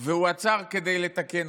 והוא עצר כדי לתקן אותן.